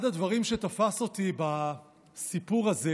אחד הדברים שתפס אותי בסיפור הזה